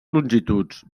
longituds